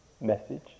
message